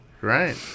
right